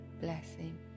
blessing